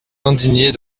indignée